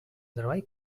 treball